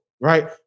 right